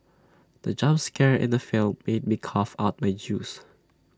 the jump scare in the film made me cough out my juice